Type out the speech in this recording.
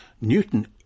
Newton